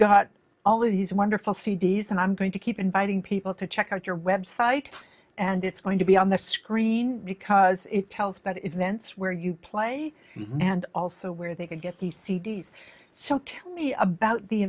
got all these wonderful three days and i'm going to keep inviting people to check out your website and it's going to be on the screen because it tells that events where you play and also where they can get the c d s so tell me about the